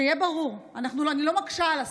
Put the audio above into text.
שיהיה ברור, אני לא מקשה על השר: